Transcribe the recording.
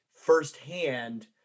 firsthand